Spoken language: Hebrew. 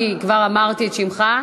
כי כבר אמרתי את שמו.